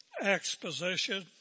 exposition